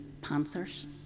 Panthers